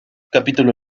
capítulo